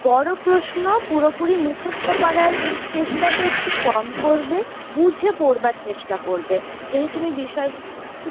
বড়ো প্রশ্ন পুরোপুরি মুখস্ত করার চেষ্টাটা একটু কম করবে বুঝে পড়বার চেষ্টা করবে যদি তুমি বিষয়বস্তু